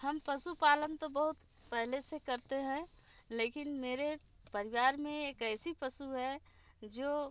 हम पशु पालन तो बहुत पहले से करते हैं लेकिन मेरे परिवार में एक ऐसा पशु है जो